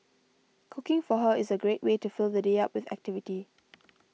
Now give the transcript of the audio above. cooking for her is a great way to fill the day up with activity